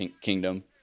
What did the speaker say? kingdom